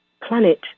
planet